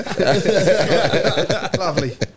Lovely